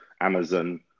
Amazon